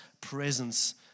presence